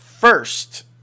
first